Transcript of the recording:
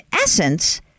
essence